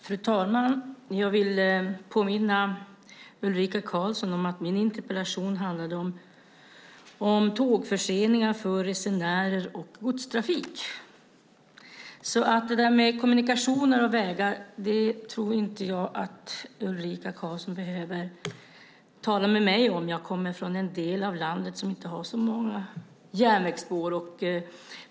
Fru talman! Jag vill påminna Ulrika Karlsson om att min interpellation handlade om tågförseningar för resenärer och godstrafik. Jag tror inte att Ulrika Karlsson behöver tala med mig om det där med kommunikationer och vägar. Jag kommer från en del av landet som inte har så många järnvägsspår.